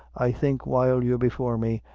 i think, while you're before me,